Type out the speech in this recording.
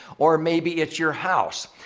or maybe it's your house.